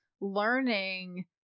learning